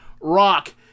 rock